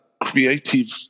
creative